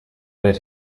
did